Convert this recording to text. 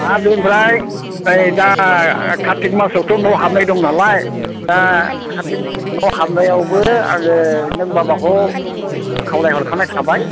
आर बिनिफ्राय नै दा कार्थिक मासावथ' न' हाबनाय दङ नालाय दा कार्थिक न' हाबनायावबो आङो नों बाबाखौ खावलायहरखानाय थाबाय